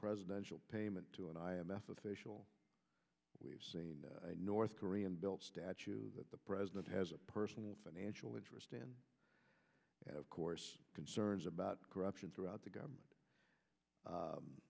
presidential payment to an i m f official we've seen north korean built statue of the president has a personal financial interest and of course concerns about corruption throughout the government